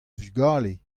vugale